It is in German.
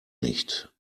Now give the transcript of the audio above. nicht